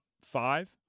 five